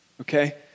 okay